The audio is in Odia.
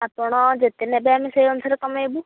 ଆପଣ ଯେତେ ନେବେ ଆମେ ସେଇ ଅନୁସାରେ କମାଇବୁ